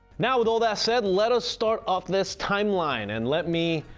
now with all that said let us start off this timeline and let me,